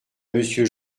monsieur